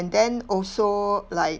and then also like